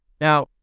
now